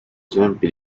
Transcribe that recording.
esempi